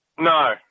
No